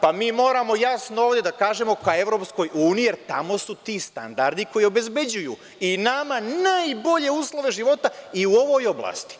Pa mi moramo jasno ovde da kažemo – ka Evropskoj uniji, jer tamo su ti standardi koji obezbeđuju nama najbolje uslove života i u ovoj oblasti.